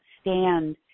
stand